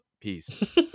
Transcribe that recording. peace